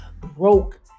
broke